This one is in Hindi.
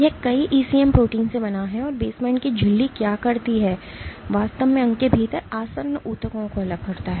यह कई ईसीएम प्रोटीन से बना है और बेसमेंट की झिल्ली क्या करती है यह वास्तव में अंग के भीतर आसन्न ऊतकों को अलग करता है